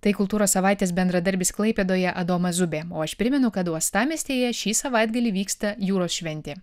tai kultūros savaitės bendradarbis klaipėdoje adomas zubė o aš primenu kad uostamiestyje šį savaitgalį vyksta jūros šventė